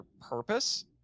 purpose